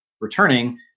returning